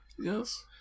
Yes